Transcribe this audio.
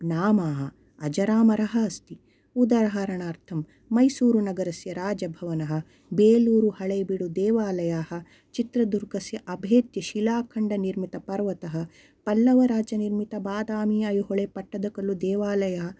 नामाः अजरामरः अस्ति उदाहरणार्थं मैसूरुनगरस्य राजभवनः बेलूरुहलेबिडु देवालयाः चित्रदुर्गस्य अभेद्यशिलाखण्डनिर्मितपर्वतः पल्लवराजनिर्मित बादामि ऐहोले पट्टदकल्लु देवालयाः